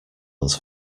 ones